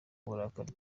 uburakari